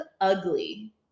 ugly